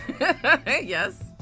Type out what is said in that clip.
Yes